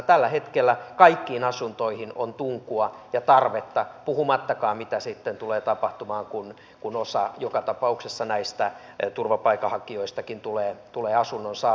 tällä hetkellä kaikkiin asuntoihin on tunkua ja tarvetta puhumattakaan siitä mitä sitten tulee tapahtumaan kun osa joka tapauksessa näistä turvapaikanhakijoistakin tulee asunnon saamaan